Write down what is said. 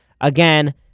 again